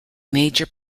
major